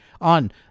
on